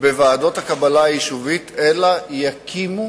בוועדת הקבלה היישובית אלא יקימו